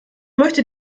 möchte